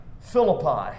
Philippi